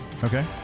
Okay